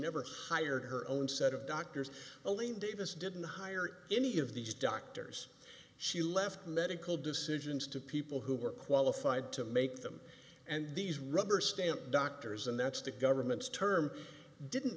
never hired her own set of doctors only davis didn't hire any of these doctors she left medical decisions to people who were qualified to make them and these rubber stamp doctors and that's the government's term didn't